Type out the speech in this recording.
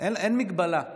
אין הגבלה.